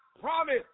promise